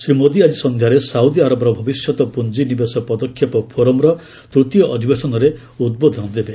ଶ୍ରୀ ମୋଦୀ ଆଜି ସନ୍ଧ୍ୟାରେ ସାଉଦୀ ଆରବର ଭବିଷ୍ୟତ ପୁଞ୍ଜିନିବେଶ ପଦକ୍ଷେପ ଫୋରମ୍ର ତୃତୀୟ ଅଧିବେଶନରେ ଉଦ୍ବୋଧନ ଦେବେ